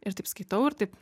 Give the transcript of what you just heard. ir taip skaitau ir taip